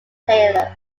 taylor